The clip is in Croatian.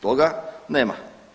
Toga nema.